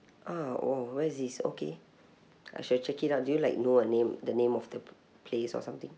ah oh where is this okay I should check it out do you like know a name the name of the p~ place or something